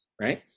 Right